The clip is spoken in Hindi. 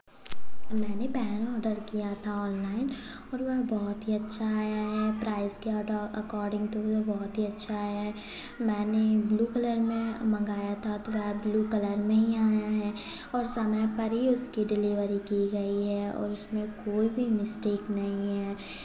मैंने पेन ऑर्डर किया था ऑनलाइन और वो बहुत अच्छा आया है प्राइस के अडॉ अकॉर्डिंग तो वो बहुत ही अच्छा आया है मैंने ब्लू कलर मे मंगाया था तो वह ब्लू कलर में ही आया है और समय पर ही उसकी डिलीवरी की गई है और उसमें कोई भी मिस्टेक नहीं है